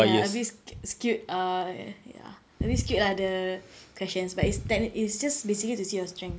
ya a bit skew~ skewed err ya a bit skewed ah the questions but it's tech~ it's just basically to see your strengths